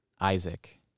Isaac